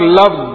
love